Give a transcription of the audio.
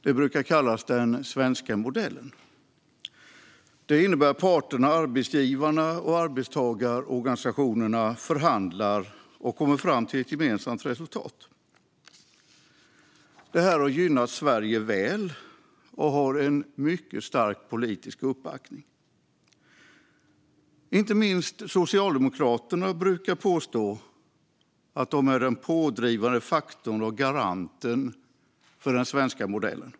Det brukar kallas den svenska modellen. Den innebär att parterna - arbetsgivarna och arbetstagarorganisationerna - förhandlar och kommer fram till ett gemensamt resultat. Detta har gynnat Sverige väl och har en mycket stark politisk uppbackning. Inte minst Socialdemokraterna brukar påstå att de är den pådrivande faktorn och garanten för den svenska modellen.